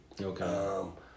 Okay